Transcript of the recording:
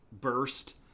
burst